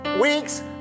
weeks